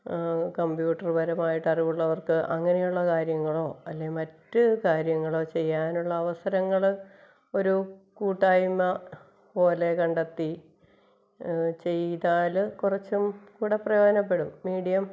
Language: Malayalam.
കമ്പ്യൂട്ടർ പരമായിട്ട് അറിവുള്ളവർക്ക് അങ്ങനെയുള്ള കാര്യങ്ങളോ അല്ലെ മറ്റ് കാര്യങ്ങളോ ചെയ്യാനുള്ള അവസരങ്ങൾ ഒരു കൂട്ടായ്മ പോലെ കണ്ടെത്തി ചെയ്താൽ കുറച്ചും കൂടി പ്രയോജനപ്പെടും മീഡിയം